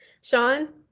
Sean